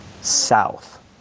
South